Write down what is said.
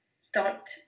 start